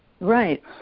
Right